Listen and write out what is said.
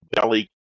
belly